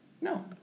No